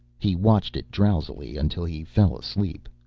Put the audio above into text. he watched it drowsily until he fell asleep.